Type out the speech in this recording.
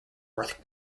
worth